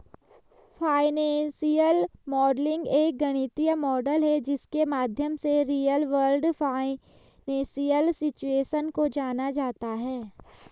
financial modelling एक गणितीय model है जिसके माध्यम से रियल वर्ल्ड फाइनेंशियल सिचुएशन को जाना जाता है